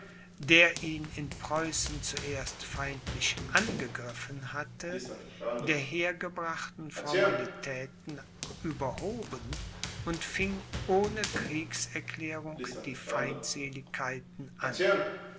der ihn in preußen zuerst feindlich angegriffen hatte der hergebrachten formalitäten überhoben und fing ohne kriegserklärung die feindseligkeiten an